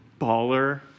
baller